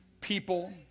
people